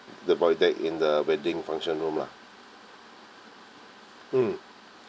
the void deck in the wedding function room lah mm